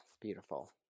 Beautiful